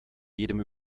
jedem